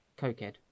cokehead